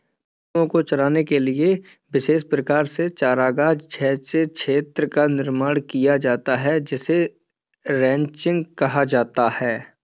पशुओं को चराने के लिए विशेष प्रकार के चारागाह जैसे क्षेत्र का निर्माण किया जाता है जिसे रैंचिंग कहा जाता है